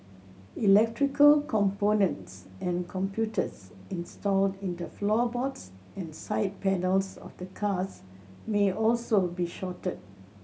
electrical components and computers installed in the floorboards and side panels of the cars may also be shorted